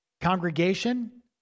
congregation